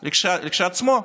של עצמו.